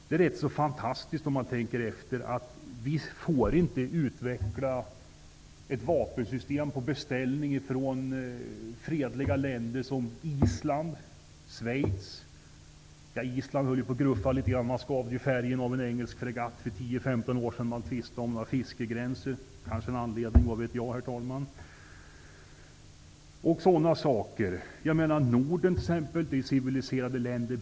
Det är rätt fantastiskt, om man tänker efter, att vi inte får utveckla ett vapensystem på beställning från fredliga länder som Island och Schweiz. Island höll ju på och gruffade litet grand. Man skavde färgen av en engelsk fregatt för 10--15 år sedan. Man tvistade om några fiskegränser. Kanske det är en anledning. Vad vet jag. Nordens länder är civiliserade.